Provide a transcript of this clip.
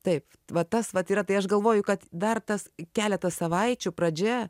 taip va tas vat yra tai aš galvoju kad dar tas keleta savaičių pradžia